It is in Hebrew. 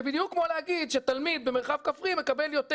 זה בדיוק כמו להגיד שתלמיד במרחב כפרי מקבל יותר